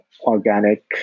organic